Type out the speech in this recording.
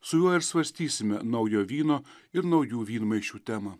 su juo ir svarstysime naujo vyno ir naujų vynmaišių temą